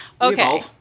Okay